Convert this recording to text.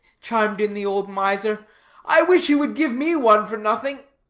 chimed in the old miser i wish he would give me one for nothing.